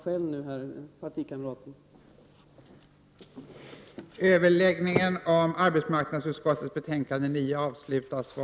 Men det är vad partikamraten nu talar om här.